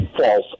false